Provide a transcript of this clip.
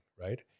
right